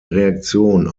reaktion